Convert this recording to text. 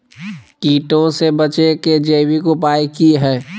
कीटों से बचे के जैविक उपाय की हैय?